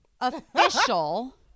official